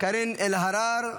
קארין אלהרר,